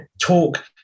talk